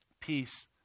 peace